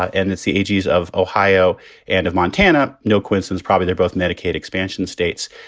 and that's the edges of ohio and of montana. no quinces, probably. they're both medicaid expansion states.